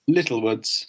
Littlewoods